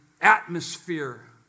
atmosphere